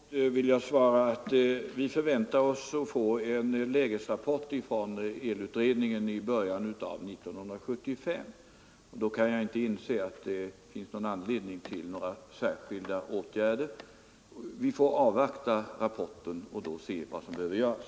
Herr talman! Jag vill helt kort svara att vi väntar oss att få en lä 189 gesrapport från elutredningen i början av 1975. Jag kan därför inte inse att det finns anledning att vidta några särskilda åtgärder. Vi får avvakta rapporten, och sedan se vad som behöver göras.